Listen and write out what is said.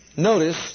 Notice